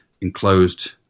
enclosed